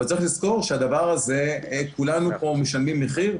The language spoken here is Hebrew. אבל צריך לזכור שכולנו פה משלמים מחיר.